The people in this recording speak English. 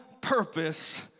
purpose